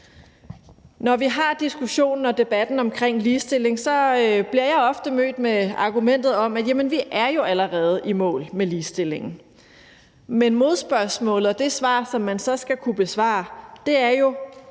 Når vi har diskussionen og debatten om ligestilling, bliver jeg ofte mødt med argumentet om, at vi jo allerede er i mål med ligestillingen, men modspørgsmålet, som man så skal kunne besvare, er jo: